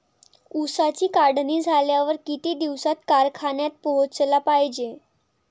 ऊसाची काढणी झाल्यावर किती दिवसात कारखान्यात पोहोचला पायजे?